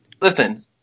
Listen